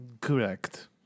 Correct